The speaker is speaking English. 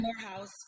Morehouse